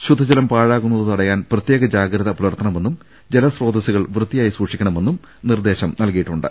ശുദ്ധജലം പാഴാ കുന്നത് തടയാൻ പ്രത്യേകം ജാഗ്രത പുലർത്തണമെന്നും ജലസ്രോ തസുകൾ വൃത്തിയായി സൂക്ഷിക്കണമെന്നും നിർദേശം നൽകിയി ട്ടുണ്ട്